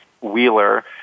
Wheeler